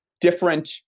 different